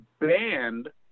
banned